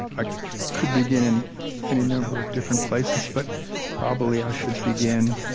i could begin in any number of different places, but probably i should begin,